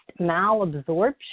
malabsorption